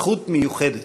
זכות מיוחדת.